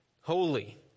holy